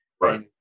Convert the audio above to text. Right